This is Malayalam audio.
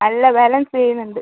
അല്ല ബാലൻസെയുന്നുണ്ട്